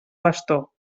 bastó